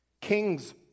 Kings